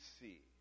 see